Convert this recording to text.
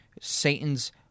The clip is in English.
Satan's